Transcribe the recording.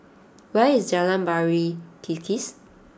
where is Jalan Pari Kikis